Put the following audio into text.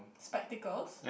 spectacles